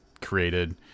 created